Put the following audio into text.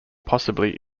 possibly